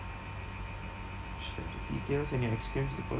share the details and your experience